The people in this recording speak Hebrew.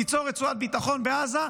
תיצור רצועת ביטחון בעזה,